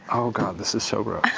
oh god, this is so gross.